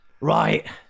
right